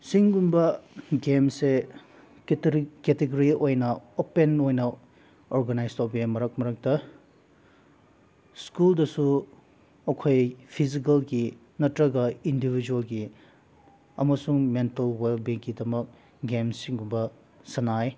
ꯁꯤꯒꯨꯝꯕ ꯒꯦꯝꯁꯦ ꯀꯦꯇꯦꯒꯣꯔꯤ ꯑꯣꯏꯅ ꯑꯣꯄꯦꯟ ꯑꯣꯏꯅ ꯑꯣꯔꯒꯅꯥꯏꯖ ꯇꯧꯕꯤꯌꯦ ꯃꯔꯛ ꯃꯔꯛꯇ ꯁ꯭ꯀꯨꯜꯗꯁꯨ ꯑꯩꯈꯣꯏ ꯐꯤꯖꯤꯀꯦꯜꯒꯤ ꯅꯠꯇ꯭ꯔꯒ ꯏꯟꯗꯤꯚꯤꯖ꯭ꯋꯦꯜꯒꯤ ꯑꯃꯁꯨꯡ ꯃꯦꯟꯇꯦꯜ ꯋꯦꯜꯕꯤꯌꯤꯡꯒꯤꯗꯃꯛ ꯒꯦꯝ ꯁꯤꯒꯨꯝꯕ ꯁꯥꯟꯅꯩ